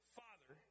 father